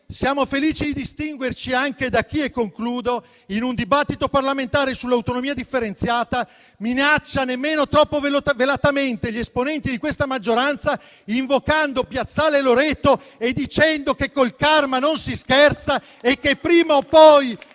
siamo felici di distinguerci anche da chi, in un dibattito parlamentare sull'autonomia differenziata, minaccia nemmeno troppo velatamente gli esponenti di questa maggioranza, invocando piazzale Loreto, dicendo che con il *karma* non si scherza e che, prima o poi,